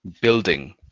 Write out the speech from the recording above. building